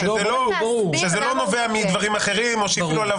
שזה לא נובע מדברים אחרים או שהפעילו עליו